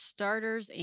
Starters